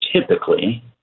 Typically